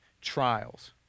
trials